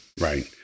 Right